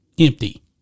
empty